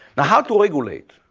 now, how to regulate?